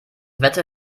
wetter